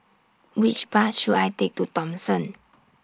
Which Bus should I Take to Thomson